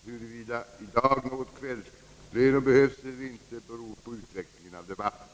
Huruvida i dag något kvällsplenum behövs eller inte beror på utvecklingen av debatten.